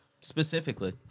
specifically